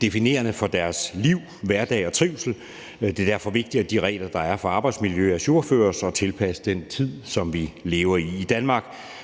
definerende for deres liv, hverdag og trivsel, og det er derfor vigtigt, at de regler, der er for arbejdsmiljø, ajourføres og tilpasses den tid, som vi lever i. I Danmark